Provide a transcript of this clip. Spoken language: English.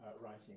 writing